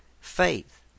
faith